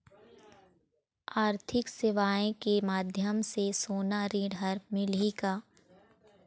आरथिक सेवाएँ के माध्यम से सोना ऋण हर मिलही का?